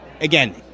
again